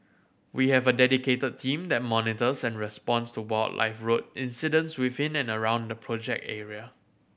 we have a dedicated team that monitors and responds to wildlife road incidents within and around the project area